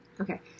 Okay